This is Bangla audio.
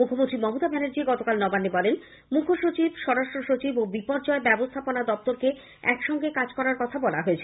মুখ্যমন্ত্রী মমতা ব্যানার্জি গতকাল নবান্নে বলেন মুখ্য সচিব স্বরাষ্ট্র সচিব ও বিপর্যয় ব্যবস্থাপনা দপ্তরকে একসঙ্গে কাজ করার কথা বলা হয়েছে